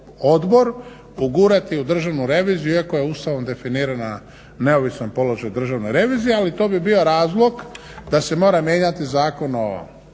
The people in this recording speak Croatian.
odbor ugurati u Državnu reviziju iako je Ustavom definirana neovisan položaj državne revizije ali to bi bio razlog da se mora mijenjati Zakon o